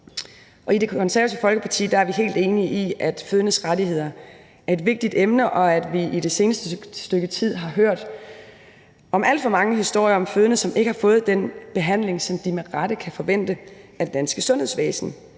I Det Konservative Folkeparti er vi helt enige i, at fødendes rettigheder er et vigtigt emne, og at vi i det seneste stykke tid har hørt alt for mange historier om fødende, som ikke har fået den behandling, som de med rette kan forvente af det danske sundhedsvæsen.